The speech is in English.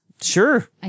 Sure